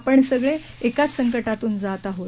आपण सगळखिाच संकटातून जात आहोत